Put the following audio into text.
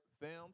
films